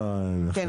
במהרה, כן גלית.